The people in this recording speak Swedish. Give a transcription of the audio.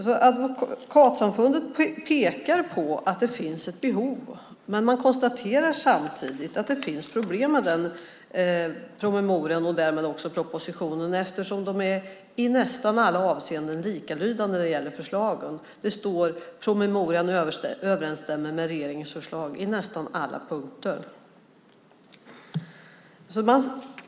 Advokatsamfundet pekar på att det finns ett behov men konstaterar samtidigt att det finns problem med promemorian och därmed också med propositionen eftersom de i nästan alla avseenden är likalydande när det gäller förslagen. Det står att promemorian överensstämmer med regeringens förslag på nästan alla punkter.